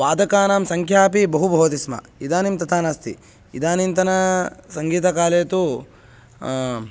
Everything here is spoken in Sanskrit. वादकानां सङ्ख्या अपि बहु भवति स्म इदानीं तथा नास्ति इदानीन्तनासङ्गीतकाले तु